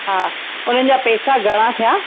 हा हुननि जा पेसा घणा थिया